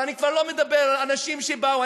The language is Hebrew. ואני כבר לא מדבר על אנשים שבאו,